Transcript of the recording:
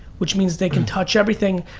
which means they can touch everything.